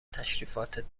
تشریفاتت